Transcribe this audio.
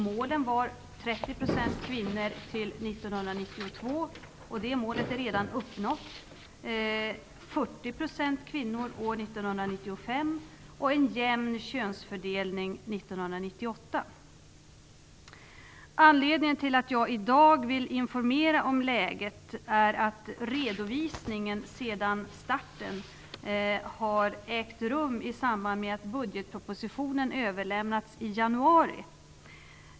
Målen var 30 % kvinnor till 1992 - det målet är redan uppnått - 40 % kvinnor år 1995 och en jämn könsfördelning 1998. Anledningen till att jag i dag vill informera om läget är att redovisningen sedan starten har ägt rum i samband med att budgetpropositionen överlämnats i januari.